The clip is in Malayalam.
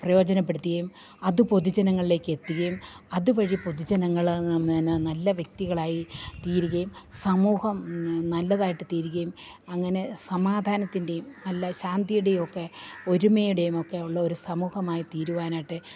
പ്രയോജനപ്പെടുത്തുകയും അതു പൊതുജനങ്ങളിലേക്ക് എത്തുകയും അതുവഴി പൊതുജനങ്ങള് അങ്ങനെ നല്ല വ്യക്തികളായി തീരികയും സമൂഹം നല്ലതായിട്ട് തീരുകയും അങ്ങനെ സമാധാനത്തിൻ്റെയും നല്ല ശാന്തിയുടെയും ഒക്കെ ഒരുമയുടെയും ഒക്കെ ഉള്ള ഒരു സമൂഹമായി തീരുവാനായിട്ട്